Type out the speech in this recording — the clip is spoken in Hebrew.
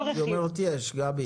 היא אומרת שיש, גבי.